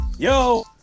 Yo